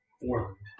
four